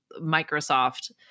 Microsoft